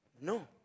No